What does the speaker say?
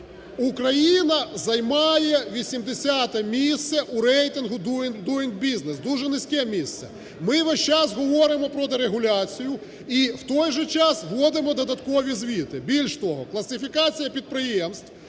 Україна займає 80-е місце у рейтингу Doing Business – дуже низьке місце. Ми весь час говоримо про дерегуляцію і, в той же час, вводимо додаткові звіти. Більше того, класифікація підприємств,